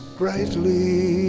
brightly